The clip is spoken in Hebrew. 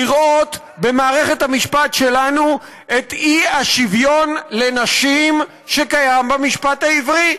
לראות במערכת המשפט שלנו את האי-שוויון לנשים שקיים במשפט העברי.